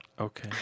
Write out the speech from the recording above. Okay